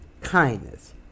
kindness